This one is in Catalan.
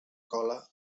cola